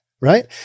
Right